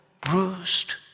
bruised